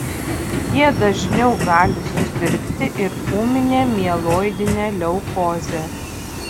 jie dažniau gali susirgti ir ūmine mieloidine leukoze